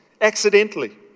accidentally